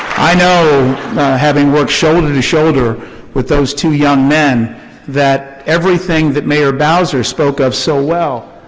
i know having worked shoulder to shoulder with those two young men that everything that mayor bowser spoke of so well,